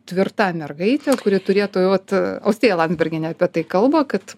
tvirta mergaitė kuri turėtų vat austėja landsbergienė apie tai kalba kad